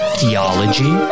theology